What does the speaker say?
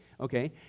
okay